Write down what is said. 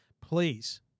please